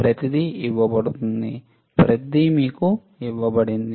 ప్రతిదీ ఇవ్వబడింది ప్రతిదీ మీకు ఇవ్వబడింది